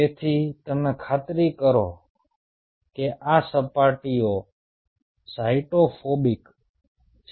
તેથી તમે ખાતરી કરો કે આ સપાટીઓ સાયટો ફોબિક છે